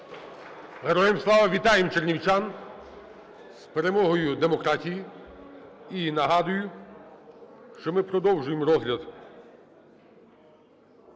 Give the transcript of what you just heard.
Героям слава! Вітаємо чернівчан з перемогою демократії. І нагадую, що ми продовжуємо розгляд